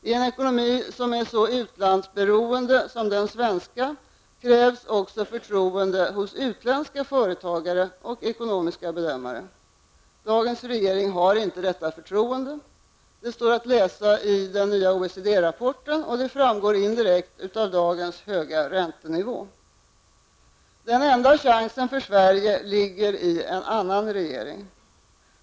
I en ekonomi som är så utlandsberoende som den svenska krävs också förtroende hos utländska företagare och ekonomiska bedömare. Dagens regering har inte detta förtroende. Det står att läsa i den nya OECD rapporten, och det framgår indirekt av dagens höga räntenivå. Den enda chansen för Sverige ligger i en annan regering.